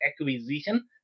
acquisition